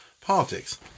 politics